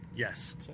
Yes